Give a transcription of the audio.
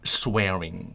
swearing